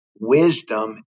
Wisdom